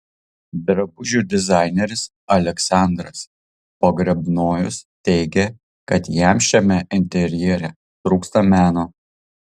drabužių dizaineris aleksandras pogrebnojus teigė kad jam šiame interjere trūksta meno